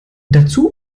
dazu